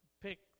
pick